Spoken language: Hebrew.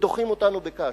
ודוחים אותנו בקש.